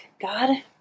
God